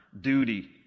duty